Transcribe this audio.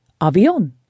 Avión